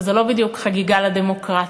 וזו לא בדיוק חגיגה לדמוקרטיה,